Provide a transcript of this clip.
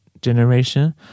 generation